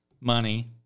money